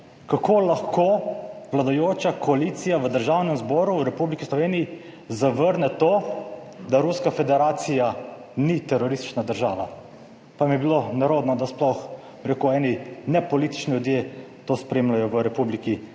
kako lahko vladajoča koalicija v Državnem zboru v Republiki Sloveniji zavrne to, da je Ruska federacija teroristična država.]Pa mi je bilo nerodno, da sploh, bi rekel, eni nepolitični ljudje to spremljajo v Republiki Sloveniji.